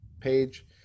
page